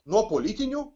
nuo politinių